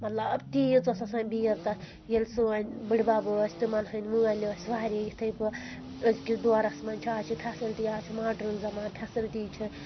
مطلب تیٖژ ٲس آسان بیٖڈ تَتھ ییٚلہِ سٲنۍ بٕڈ بَب ٲس تِمَن ہٕنٛدۍ مٲلۍ ٲسۍ واریاہ یِتھے پٲٹھۍ أزکِس دورس منٛز چھِ آز چھِ فیسلٹی آز چھُ ماڈٲرٕن زمانہٕ فیسلٹی چھِ